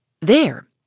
There